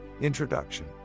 Introduction